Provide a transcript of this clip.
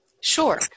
Sure